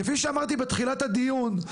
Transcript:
כפי שאמרתי בתחילת הדיון,